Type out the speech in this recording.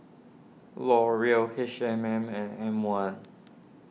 Laurier H M M and M one